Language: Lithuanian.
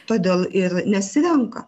todėl ir nesirenka